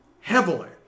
heavily